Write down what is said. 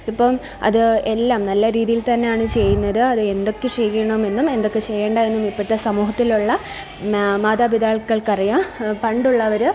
ഇപ്പം അത് എല്ലാം നല്ല രീതിയില് തന്നെയാണ് ചെയ്യുന്നത് അത് എന്തൊക്കെ ചെയ്യണമെന്നും എന്തൊക്കെ ചെയ്യേണ്ടായെന്നും ഇപ്പോഴത്തെ സമൂഹത്തിലുള്ള മാതാപിതാക്കള്ക്കറിയാം പണ്ടുള്ളവര്